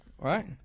Right